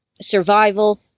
survival